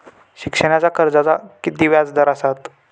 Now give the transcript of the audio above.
शिक्षणाच्या कर्जाचा किती व्याजदर असात?